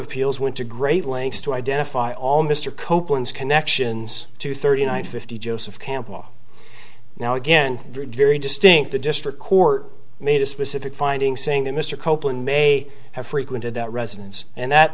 appeals went to great lengths to identify all mr copeland's connections to thirty nine fifty joseph campbell now again very distinct the district court made a specific finding saying that mr copeland may have frequented that residence and that